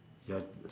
ya